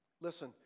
Listen